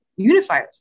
unifiers